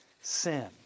sin